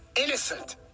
innocent